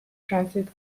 transit